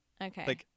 Okay